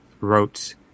wrote